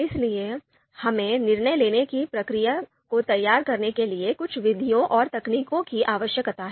इसलिए हमें निर्णय लेने की प्रक्रिया को तैयार करने के लिए कुछ विधियों और तकनीकों की आवश्यकता है